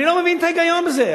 אני לא מבין את ההיגיון בזה.